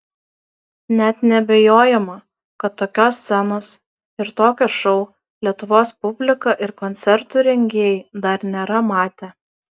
net neabejojama kad tokios scenos ir tokio šou lietuvos publika ir koncertų rengėjai dar nėra matę